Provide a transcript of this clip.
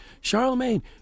Charlemagne